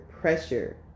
pressure